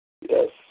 Yes